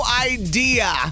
idea